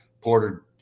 Porter